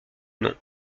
nom